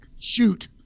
Shoot